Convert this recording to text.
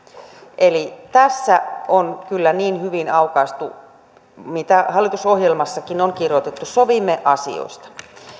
eli tässä on kyllä niin hyvin aukaistu se mitä hallitusohjelmassakin on kirjoitettu että sovimme asioista